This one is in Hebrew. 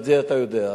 ואת זה אתה יודע,